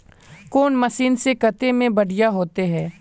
कौन मशीन से कते में बढ़िया होते है?